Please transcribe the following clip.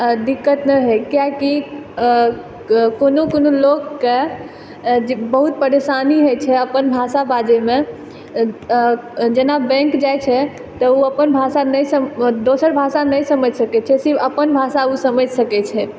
दिक्कत नहि होइ कियाकि कोनो कोनो लोकके जे बहुत परेशानी होइ छै अपन भाषा बाजैमे जेना बैंक जाइ छै तऽ ओ अपन भाषा नहि दोसर भाषा नहि समझि सकै छै सिर्फ अपन भाषा ओ समझि सकै छै